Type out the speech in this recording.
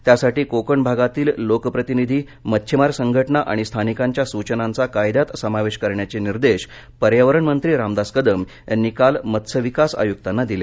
त्यासाठी कोकण भागातील लोकप्रतिनिधी मष्छिमार संघटना आणि स्थानिकांच्या सूचनांचा कायद्यात समावेश करण्याचे निर्देश पर्यावरण मंत्री रामदास कदम यांनी काल मत्स्यविकास आयुक्तांना दिले